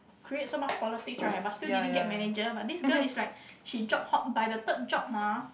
create so much politics right but still didn't get manager but this girl is like she job hopped by the third job uh